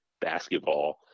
basketball